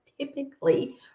typically